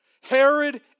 Herod